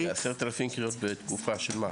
10,000 קריאות בתקופה של שנה?